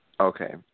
Okay